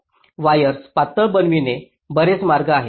wires पातळ बनविणे बरेच मार्ग आहेत